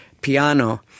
Piano